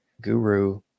guru